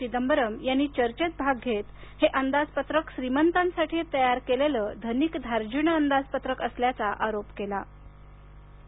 चिदंबरम यांनी चर्चेत भाग घेत हे अंदाज पत्रक श्रीमंतांसाठी तयार केलेलं धनिक धार्जिण अंदाज पत्रक असल्याचा आरोप केला